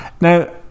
Now